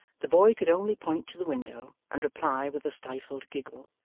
the boy could only point to the window, and reply with a stifled giggle,